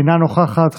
אינה נוכחת,